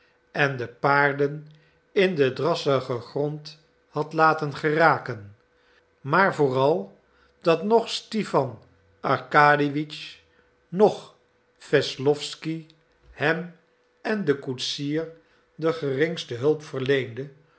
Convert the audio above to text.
en de paarden in den drassigen grond had laten geraken maar vooral dat noch stipan arkadiewitsch noch wesslowsky hem en den koetsier de geringste hulp verleende